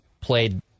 played